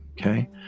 Okay